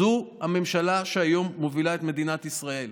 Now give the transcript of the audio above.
זו הממשלה שהיום מובילה את מדינת ישראל.